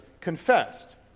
confessed